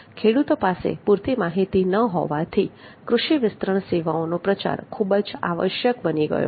ખેડૂતો પાસે પૂરતી માહિતી ન હોવાથી કૃષિ વિસ્તરણ સેવાઓનો પ્રચાર ખૂબ જ આવશ્યક બની ગયો છે